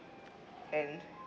and